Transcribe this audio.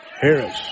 Harris